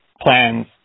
plans